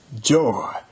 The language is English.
joy